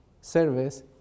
service